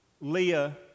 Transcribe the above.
Leah